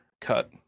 cut